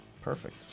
Perfect